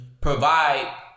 provide